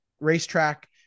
racetrack